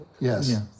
Yes